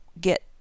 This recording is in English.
get